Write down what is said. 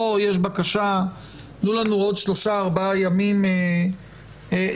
פה יש בקשה לעוד שלושה-ארבעה ימים להתארגנות,